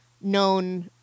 known